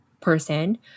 person